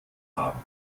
haben